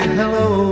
hello